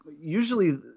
usually